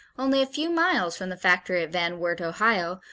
only a few miles from the factory at van wert, ohio,